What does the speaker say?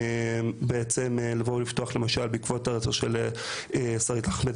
בעקבות הרצח של שרית אחמד,